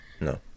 no